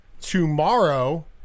tomorrow